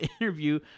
interview